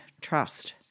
trust